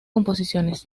composiciones